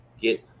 get